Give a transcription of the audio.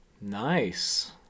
Nice